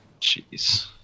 Jeez